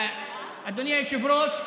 אדוני היושב-ראש,